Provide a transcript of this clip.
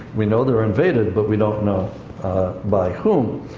we know they're invaded, but we don't know by whom.